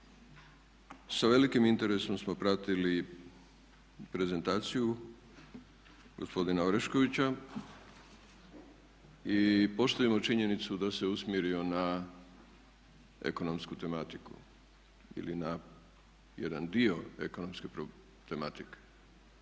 sa velikim interesom smo pratili prezentaciju gospodina Oreškovića i poštujemo činjenicu da se usmjerio na ekonomsku tematiku ili na jedan dio ekonomske tematike.